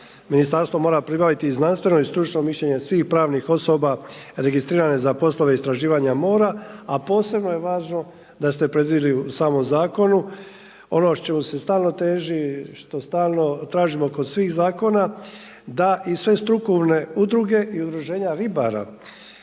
ministarstvo mora pribaviti i znanstveno i stručno mišljenje svih pravnih osoba registrirane za poslove istraživanja mora. A posebno je važno da ste predvidjeli u samom zakonu ono čemu se stalno teži, što stalno tražimo kod svih zakona da i sve strukovne udruge i udruženja ribara